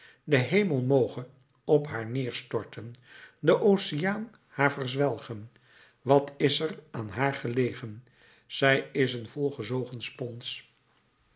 de hemel moge op haar neerstorten de oceaan haar verzwelgen wat is er haar aan gelegen zij is een volgezogen spons